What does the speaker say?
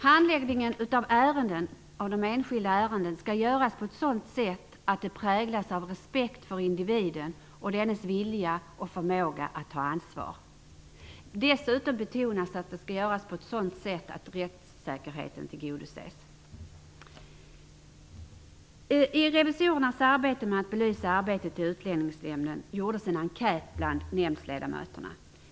Handläggningen av enskilda ärenden skall göras på ett sådant sätt att det präglas av respekt för individen och dennes vilja och förmåga att ta ansvar. Dessutom betonas det att detta skall ske på ett sådant sätt att rättssäkerheten tillgodoses. I revisorernas arbete med att belysa arbetet i Utlänningsnämnden gjordes en enkät bland nämndledamöterna.